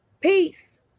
Peace